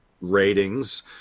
ratings